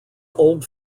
old